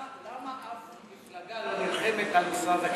אראל, למה אף מפלגה לא נלחמת על משרד הקליטה?